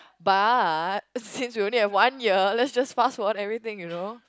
but since you only have one year let's just fast what everything you know